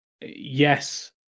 Yes